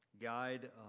guide